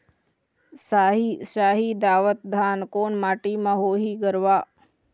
साही शाही दावत धान कोन माटी म होही गरवा?